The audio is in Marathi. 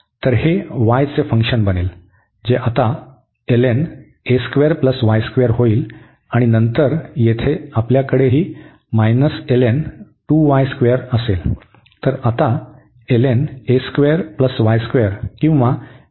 तर हे y चे फंक्शन बनेल जे आता होईल आणि नंतर येथे आपल्याकडेही मायनस ln असेल